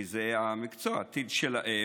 כי זה המקצוע, זה העתיד שלהם,